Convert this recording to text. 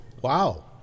wow